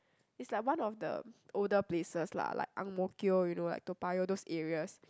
it's like one of the older places lah like Ang-Mo-Kio you know like Toa-Payoh those areas